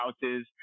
houses